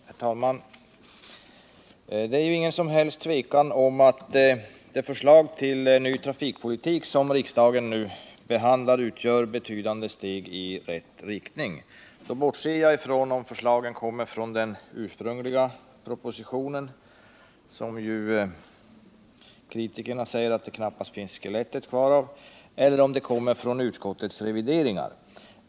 Herr talman! Det är inget som helst tvivel om att det förslag till ny trafikpolitik som riksdagen nu behandlar utgör ett betydande steg i rätt riktning. Då bortser jag från om förslagen kommer från den ursprungliga propositionen, som ju kritikerna säger att det knappast finns skelettet kvar av, eller om de kommer från utskottets revideringar.